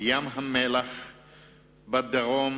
ים-המלח בדרום,